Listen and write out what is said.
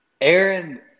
Aaron